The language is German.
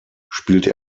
spielte